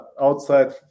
outside